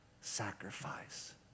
sacrifice